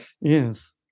Yes